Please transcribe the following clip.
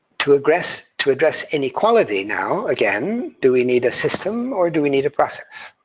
to address to address inequality now, again, do we need a system or do we need a process?